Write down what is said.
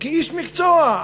כאיש מקצוע.